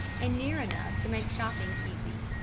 and near enough to make shopping easy.